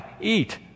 eat